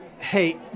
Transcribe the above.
Hey